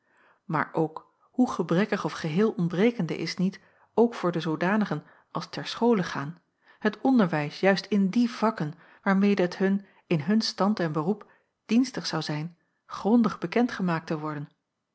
maar ook hoe gebrekkig of geheel ontbrekende is niet ook voor de zoodanigen als ter schole gaan het onderwijs juist in die vakken waarmede het hun in hun stand en beroep dienstig zou zijn grondig bekend gemaakt te worden